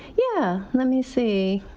yeah, let me see.